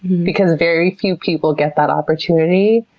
because very few people get that opportunity.